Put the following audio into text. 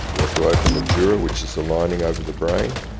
we have to open the dura which is the lining over the brain.